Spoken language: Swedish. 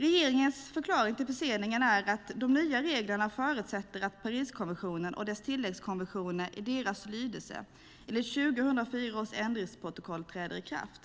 Regeringens förklaring till förseningen är att de nya reglerna förutsätter att Pariskonventionen och dess tilläggskonvention med deras lydelse enligt 2004 års ändringsprotokoll träder i kraft.